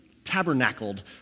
tabernacled